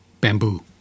Bamboo